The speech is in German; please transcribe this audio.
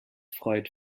freut